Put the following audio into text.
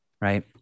Right